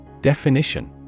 Definition